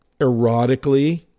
erotically